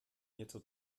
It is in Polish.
nieco